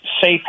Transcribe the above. safe